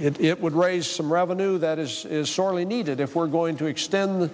it would raise some revenue that is is sorely needed if we're going to extend